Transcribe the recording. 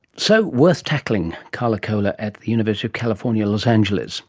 so, worth tackling. carla koehler at the university of california, los angeles